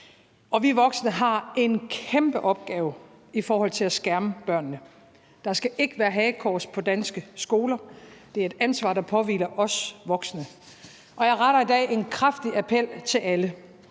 og vi voksne har en kæmpe opgave i forhold til at skærme børnene. Der skal ikke være hagekors på danske skoler; det er et ansvar, der påhviler os voksne. Jeg retter i dag en kraftig appel til alle.